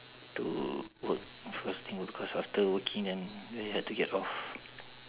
to work first thing because after working then very hard to get off